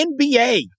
NBA